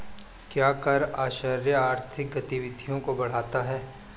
क्या कर आश्रय आर्थिक गतिविधियों को बढ़ाता है?